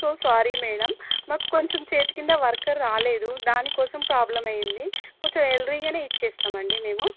so sorry madam మాకు కొంచెం చేతి కింద వర్కర్ రాలేదు దానికోసం ప్రాబ్లం అయింది కొంచం ఎల్రీగా ఇస్తాం అండి మేము